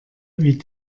wie